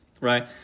right